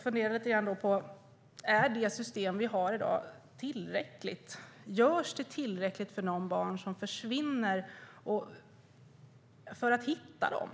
Är det system vi har i dag tillräckligt? Görs det tillräckligt för att hitta de barn som försvinner?